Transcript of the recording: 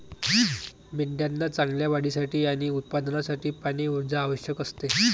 मेंढ्यांना चांगल्या वाढीसाठी आणि उत्पादनासाठी पाणी, ऊर्जा आवश्यक असते